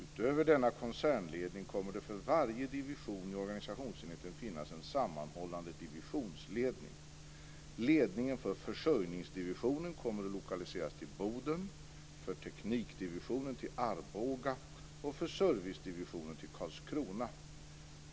Utöver denna koncernledning kommer det för varje division i organisationsenheten att finnas en sammanhållande divisionsledning. Ledningen för försörjningsdivisionen kommer att lokaliseras till Boden, för teknikdivisionen till Arboga och för servicedivisionen till Karlskrona.